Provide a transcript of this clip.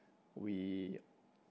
we